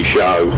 Show